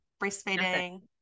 breastfeeding